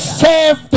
save